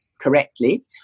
Correctly